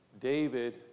David